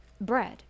bread